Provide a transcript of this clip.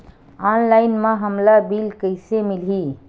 Online म हमला bill कइसे मिलही?